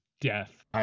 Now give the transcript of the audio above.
death